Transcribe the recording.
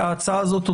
היא טרם